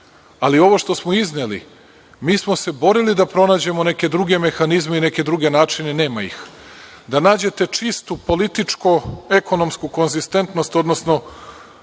ali ovo što smo izneli, mi smo se borili da pronađemo neke druge mehanizme i neke druge načine, nema ih. Da nađete čistu političko-ekonomsku konzistentnost, odnosno